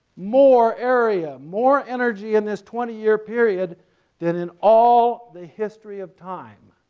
more area, more energy in this twenty year period than in all the history of time.